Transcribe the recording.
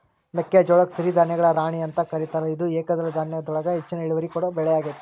ಮೆಕ್ಕಿಜೋಳಕ್ಕ ಸಿರಿಧಾನ್ಯಗಳ ರಾಣಿ ಅಂತ ಕರೇತಾರ, ಇದು ಏಕದಳ ಧಾನ್ಯದೊಳಗ ಹೆಚ್ಚಿನ ಇಳುವರಿ ಕೊಡೋ ಬೆಳಿಯಾಗೇತಿ